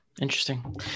Interesting